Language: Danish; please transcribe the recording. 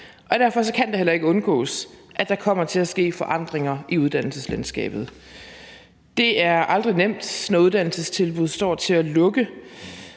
Derfor kan det heller ikke undgås, at der kommer til at ske forandringer i uddannelseslandskabet. Det er aldrig nemt, når uddannelsestilbud står til at lukke.